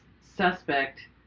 suspect